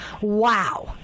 Wow